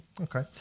okay